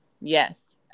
Yes